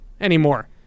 anymore